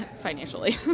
financially